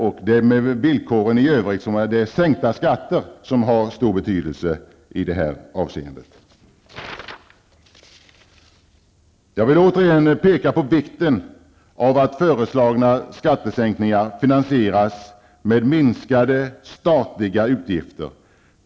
Men det är på samma sätt med villkoren i övrigt, nämligen att det är sänkta skatter som har stor betydelse i detta avseende. Jag vill återigen peka på vikten av att föreslagna skattesänkningar finansieras med minskade statliga utgifter.